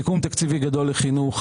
סיכום תקציבי גדול לחינוך,